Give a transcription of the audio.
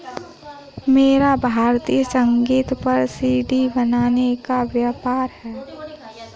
मेरा भारतीय संगीत पर सी.डी बनाने का व्यापार है